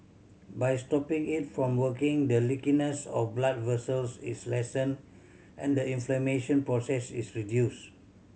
by stopping it from working the leakiness of blood vessels is lessened and the inflammation process is reduce